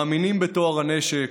מאמינים בטוהר הנשק,